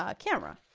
ah camera.